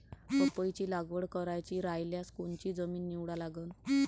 पपईची लागवड करायची रायल्यास कोनची जमीन निवडा लागन?